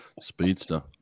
speedster